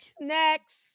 Next